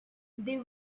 they